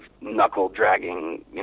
knuckle-dragging